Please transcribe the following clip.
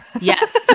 yes